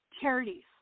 charities